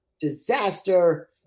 disaster